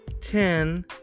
ten